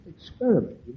experiment